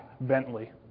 Bentley